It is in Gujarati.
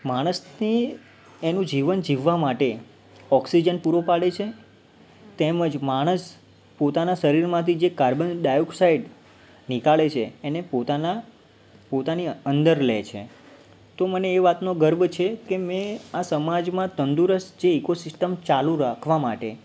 માણસને એનું જીવન જીવવા માટે ઑક્સિજન પૂરું પાડે છે તેમજ માણસ પોતાનાં શરીરમાંથી જે કાર્બન ડાયોક્સાઈડ કાઢે છે એને પોતાના પોતાની અંદર લે છે તો મને એ વાતનો ગર્વ છે કે મેં આ સમાજમાં તંદુરસ્ત જે ઈકો સિસ્ટમ ચાલું રાખવા માટે